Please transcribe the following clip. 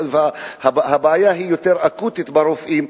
הבעיה היא יותר אקוטית ברופאים.